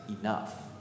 enough